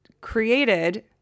created